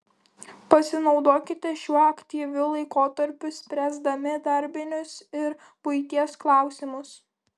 pasinaudokite šiuo aktyviu laikotarpiu spręsdami darbinius ir buities klausimus